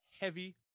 heavy